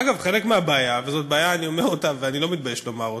אגב, חלק מהבעיה, ואני לא מתבייש לומר זאת,